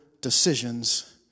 decisions